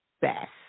best